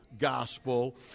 gospel